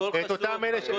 הכול חשוף, הכול שקוף.